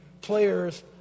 players